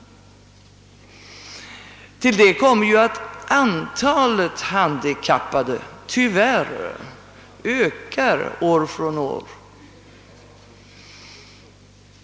Därtill kommer att antalet handikappade tyvärr ökar år från år.